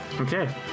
Okay